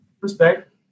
Respect